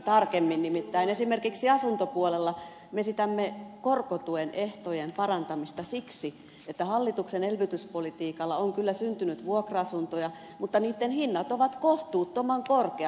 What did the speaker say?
nimittäin esimerkiksi asuntopuolella me esitämme korkotuen ehtojen parantamista siksi että hallituksen elvytyspolitiikalla on kyllä syntynyt vuokra asuntoja mutta niitten hinnat ovat kohtuuttoman korkeat